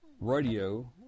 Radio